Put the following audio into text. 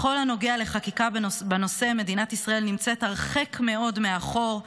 בכל הנוגע לחקיקה בנושא מדינת ישראל נמצאת הרחק מאוד מאחור,